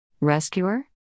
Rescuer